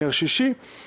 נר שישי של חנוכה,